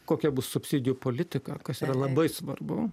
kokia bus subsidijų politika kas yra labai svarbu